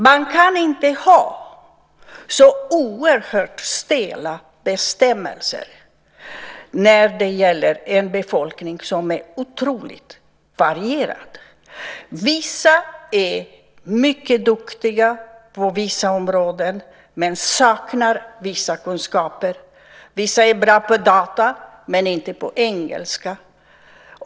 Man kan inte ha så oerhört stela bestämmelser när det gäller en befolkning som är så otroligt varierad. Vissa är mycket duktiga på vissa områden men saknar vissa kunskaper. Vissa är bra på data men inte på engelska.